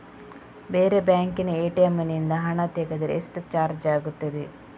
ಬೇರೆ ಬ್ಯಾಂಕಿನ ಎ.ಟಿ.ಎಂ ನಿಂದ ಹಣ ತೆಗೆದರೆ ಎಷ್ಟು ಚಾರ್ಜ್ ಆಗುತ್ತದೆ?